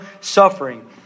suffering